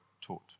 taught